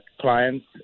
clients